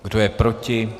Kdo je proti?